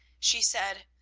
she said,